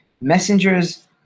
Messengers